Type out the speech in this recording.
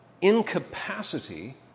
incapacity